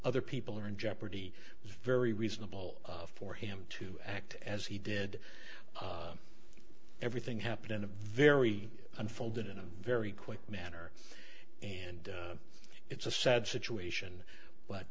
other people are in jeopardy very reasonable for him to act as he did everything happened in a very unfolded in a very quick manner and it's a sad situation but